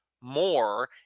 more